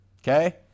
Okay